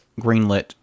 greenlit